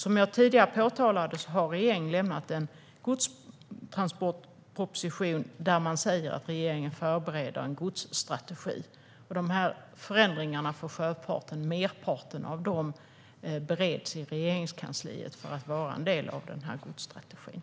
Som jag påpekade tidigare har regeringen lämnat en godstransportproposition där man säger att man förbereder en godsstrategi. Merparten av förändringarna för sjöfarten bereds i Regeringskansliet, för att kunna vara en del av den godsstrategin.